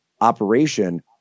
operation